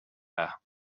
air